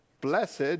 blessed